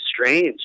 strange